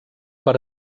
per